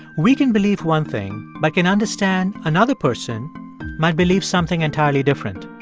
we can believe one thing but can understand another person might believe something entirely different.